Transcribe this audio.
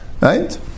right